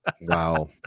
wow